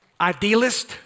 Idealist